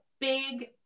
big